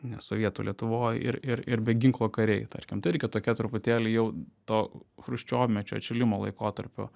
ne sovietų lietuvoj ir ir ir be ginklo kariai tarkim tai irgi tokia truputėlį jau to chruščiovmečio atšilimo laikotarpio